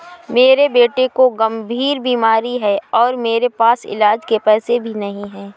मेरे बेटे को गंभीर बीमारी है और मेरे पास इलाज के पैसे भी नहीं